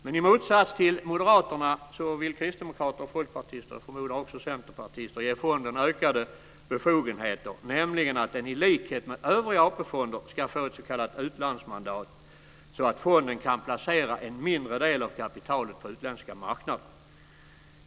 Men i motsats till moderaterna, vill kristdemokrater, folkpartister och jag förmodar också centerpartister ge fonden ökade befogenheter, nämligen att den i likhet med övriga AP-fonder ska få ett s.k. utlandsmandat så att fonden kan placera en mindre del av kapitalet på utländska marknader.